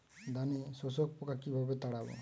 ধানে শোষক পোকা কিভাবে তাড়াব?